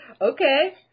Okay